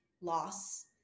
loss